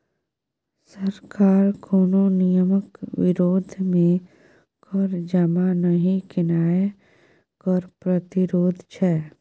सरकार कोनो नियमक विरोध मे कर जमा नहि केनाय कर प्रतिरोध छै